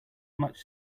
much